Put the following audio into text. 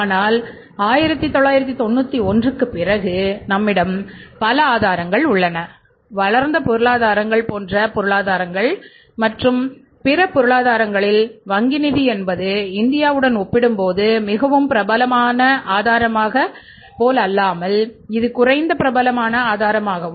ஆனால் 1991 க்குப் பிறகு நம்மிடம் பல ஆதாரங்கள் உள்ளன வளர்ந்த பொருளாதாரங்கள் போன்ற பொருளாதாரங்கள் மற்றும் பிற பொருளாதாரங்களில் வங்கி நிதி என்பது இந்தியாவுடன் ஒப்பிடும்போது மிகவும் பிரபலமான ஆதாரமாக போலல்லாமல் இது குறைந்த பிரபலமான ஆதாரமாகும்